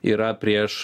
yra prieš